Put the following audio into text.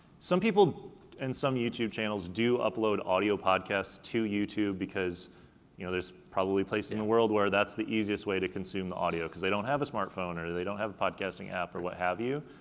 some people and some youtube channels do upload audio podcasts to youtube because you know there's probably places in the world where that's the easiest way to consume the audio, cause they don't have a smartphone or they don't have a podcasting app, or what have you,